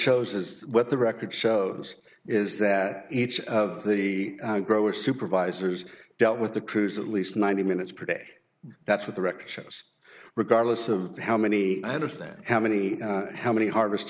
shows is what the record shows is that each of the grower supervisors dealt with the crews at least ninety minutes per day that's what the record shows regardless of how many understand how many how many